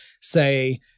say